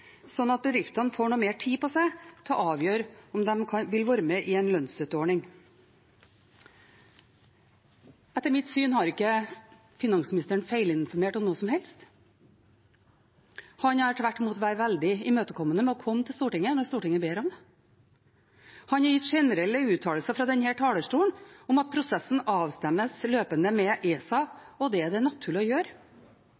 at bedriftene får noe mer tid på seg til å avgjøre om de vil være med i en lønnsstøtteordning. Etter mitt syn har ikke finansministeren feilinformert om noe som helst. Han har tvert imot vært veldig imøtekommende med å komme til Stortinget når Stortinget ber om det. Han har gitt generelle uttalelser fra denne talerstolen om at prosessen avstemmes løpende med ESA,